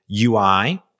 UI